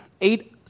eight